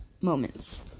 moments